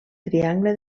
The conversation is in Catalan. triangle